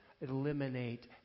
eliminate